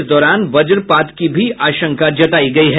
इस दौरान वज्रपात की भी आशंका जतायी गयी है